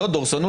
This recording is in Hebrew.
זאת דורסנות.